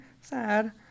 Sad